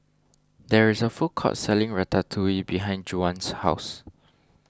there is a food court selling Ratatouille behind Juwan's house